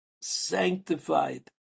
sanctified